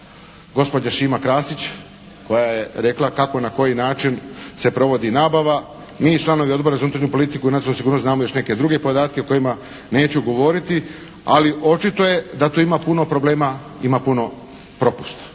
gospođa Šima Krasić, koja je rekla kako i na koji način se provodi nabava. Mi, članovi Odbora za unutarnju politiku i nacionalnu sigurnost znamo još neke druge podatke o kojima neću govoriti. Ali očito je da tu ima puno problema, ima puno propusta.